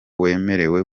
waremewe